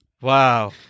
Wow